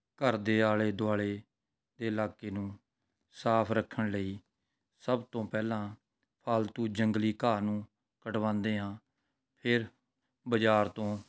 ਘਰ ਦੇ ਆਲੇ ਦੁਆਲੇ ਦੇ ਇਲਾਕੇ ਨੂੰ ਸਾਫ ਰੱਖਣ ਲਈ ਸਭ ਤੋਂ ਪਹਿਲਾਂ ਪਾਲਤੂ ਜੰਗਲੀ ਘਾਹ ਨੂੰ ਕਟਵਾਉਂਦੇ ਹਾਂ ਫਿਰ ਬਜ਼ਾਰ ਤੋਂ